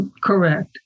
Correct